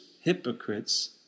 hypocrites